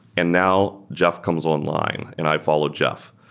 and now jeff comes online and i followed jeff.